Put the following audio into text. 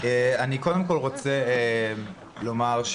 קודם כול רוצה לומר,